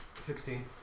Sixteen